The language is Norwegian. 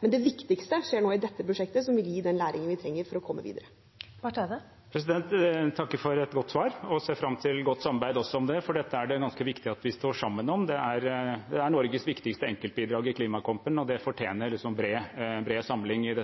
Men det viktigste skjer i dette prosjektet, som vil gi den læringen vi trenger for å komme videre. Jeg takker for et godt svar og ser fram til godt samarbeid også om det, for dette er det ganske viktig at vi står sammen om. Det er Norges viktigste enkeltbidrag i klimakampen, og det fortjener bred samling i